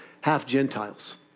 half-Gentiles